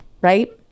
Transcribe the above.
right